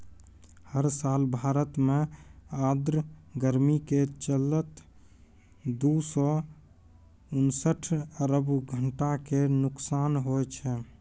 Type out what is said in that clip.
हर साल भारत मॅ आर्द्र गर्मी के चलतॅ दू सौ उनसठ अरब घंटा के नुकसान होय छै